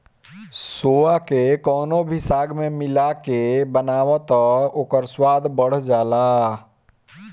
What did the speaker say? सोआ के कवनो भी साग में मिला के बनाव तअ ओकर स्वाद बढ़ जाला